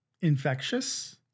infectious